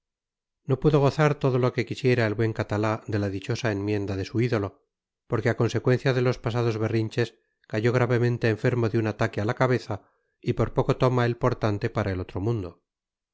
no pudo gozar todo lo que quisiera el buen catalá de la dichosa enmienda de su ídolo porque a consecuencia de los pasados berrinches cayó gravemente enfermo de un ataque a la cabeza y por poco toma el portante para el otro mundo